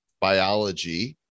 Biology